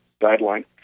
guideline